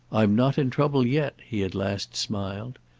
i'm not in trouble yet, he at last smiled.